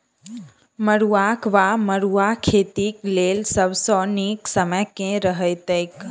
मरुआक वा मड़ुआ खेतीक लेल सब सऽ नीक समय केँ रहतैक?